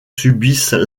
subissent